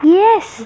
yes